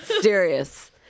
serious